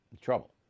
trouble